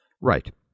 Right